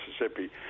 Mississippi